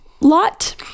lot